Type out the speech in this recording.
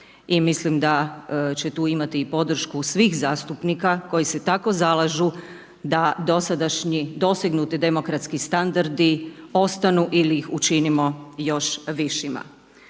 mislim da će tu imati i podršku svih zastupnika koji se tako zalažu da dosadašnji, dosegnuti demokratski standardi ostanu ili ih učinimo još višima.